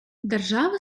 держава